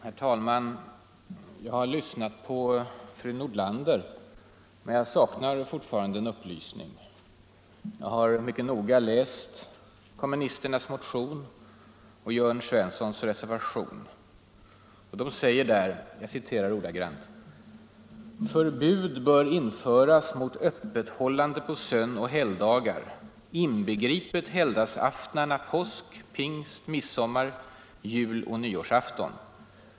Herr talman! Jag har lyssnat på fru Nordlander men saknar fortfarande en upplysning. Mycket noga har jag läst kommunisternas motion och Jörn Svenssons reservation. Han säger där: ”-—-- förbud bör införas mot öppethållande på sönoch helgdagar, inbegripet helgdagsaftnarna påsk-, pingst-, midsommar-, juloch nyårsafton.